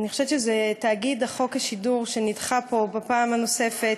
אני חושבת שזה שחוק תאגיד השידור נדחה פה פעם נוספת,